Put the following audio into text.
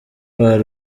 hari